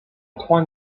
trois